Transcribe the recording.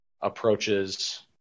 approaches